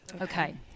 Okay